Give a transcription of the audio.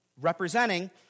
Representing